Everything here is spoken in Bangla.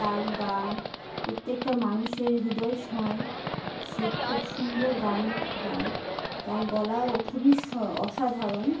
তার গান প্রত্যেকটা মানুষের হৃদয় ছোঁয়ে সে খুব সুন্দর গান গায় তার গলাও খুবই অসাধারণ